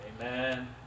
Amen